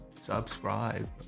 subscribe